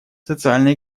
социально